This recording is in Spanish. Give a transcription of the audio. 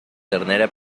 ternera